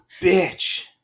bitch